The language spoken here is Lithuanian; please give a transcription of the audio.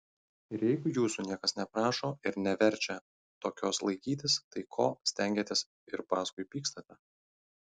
ir jeigu jūsų niekas neprašo ir neverčia tokios laikytis tai ko stengiatės ir paskui pykstate